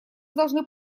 должны